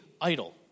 idle